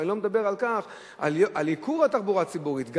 ואני לא מדבר על ייקור התחבורה הציבורית.